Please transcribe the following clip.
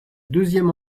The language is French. deuxième